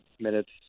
minutes